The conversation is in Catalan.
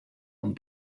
amb